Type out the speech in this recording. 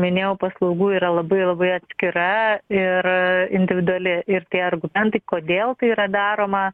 minėjau paslaugų yra labai labai atskira ir individuali ir tie argumentai kodėl tai yra daroma